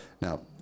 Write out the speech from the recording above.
Now